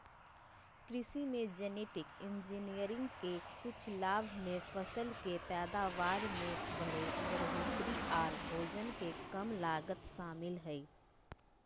कृषि मे genetic engineering के कुछ लाभ मे फसल के पैदावार में बढ़ोतरी आर भोजन के कम लागत शामिल हय